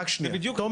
רק רגע, תומר.